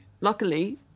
Luckily